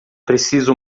preciso